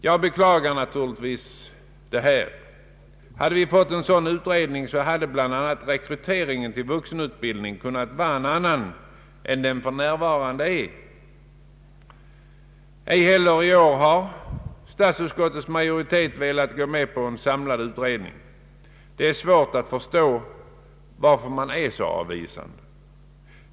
Jag beklagar naturligtvis detta. Hade vi fått en sådan utredning, hade bl.a. rekryteringen till vuxenutbildningen kunnat vara en annan än den för närvarande är. Ej heller i år har statsutskottets majoritet velat gå med på en samlad ut redning. Det är svårt att förstå varför man är så avvisande.